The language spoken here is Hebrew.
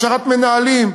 הכשרת מנהלים,